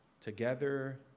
together